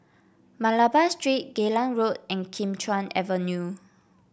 Malabar Street Geylang Road and Kim Chuan Avenue